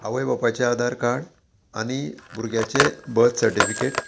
आवय बापायचें आधार कार्ड आनी भुरग्याचे बर्थ सर्टिफिकेट